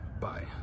Bye